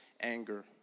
anger